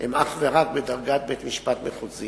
הם אך ורק בדרגת בית-משפט מחוזי.